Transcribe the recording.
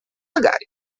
magari